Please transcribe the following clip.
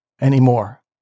anymore